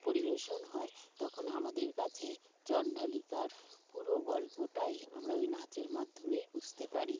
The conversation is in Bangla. পরিবেশন হয় তখন আমাদের কাছে চণ্ডালিকার পুরো গল্পটাই আমরা ওই নাচের মাধ্যমেই বুঝতে পারি